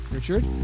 Richard